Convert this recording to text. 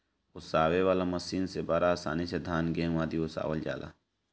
ओसावे वाला मशीन से बड़ा आसानी से धान, गेंहू आदि ओसावल जाला